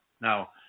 Now